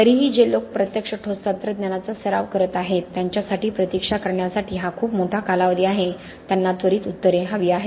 तरीही जे लोक प्रत्यक्ष ठोस तंत्रज्ञानाचा सराव करत आहेत त्यांच्यासाठी प्रतीक्षा करण्यासाठी हा खूप मोठा कालावधी आहे त्यांना त्वरित उत्तरे हवी आहेत